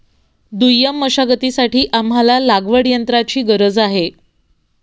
दुय्यम मशागतीसाठी आम्हाला लागवडयंत्राची गरज आहे